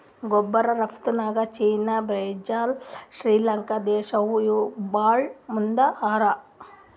rubber ರಫ್ತುನ್ಯಾಗ್ China Brazil Sri Lanka ದೇಶ್ದವ್ರು ಭಾಳ್ ಮುಂದ್ ಹಾರ